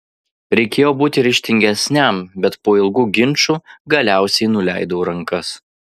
reikėjo būti ryžtingesniam bet po ilgų ginčų galiausiai nuleidau rankas